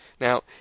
Now